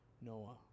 Noah